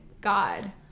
God